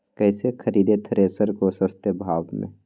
कैसे खरीदे थ्रेसर को सस्ते भाव में?